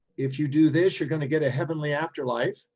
if you do this, you're going to get a heavenly afterlife',